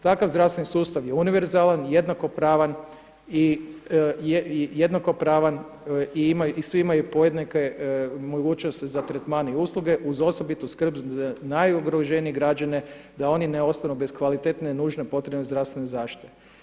Takav zdravstveni sustav je univerzalan, jednakopravan i ima, i svi imaju podjednake mogućnosti za tretman i usluge uz osobitu skrb za najugroženije građane da oni ne ostanu bez kvalitetne nužne potrebne zdravstvene zaštite.